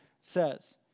says